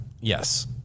yes